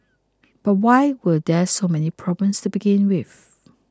but why were there so many problems to begin with